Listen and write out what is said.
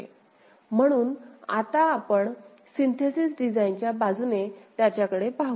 म्हणून आता आपण सिन्थेसिस डिझाईन च्या बाजूने त्याकडे बघू या